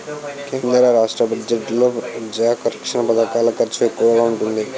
కేంద్ర రాష్ట్ర బడ్జెట్లలో ప్రజాకర్షక పధకాల ఖర్చు ఎక్కువగా ఉంటున్నాది